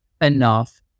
enough